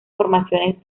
formaciones